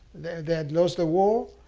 they had lost the war?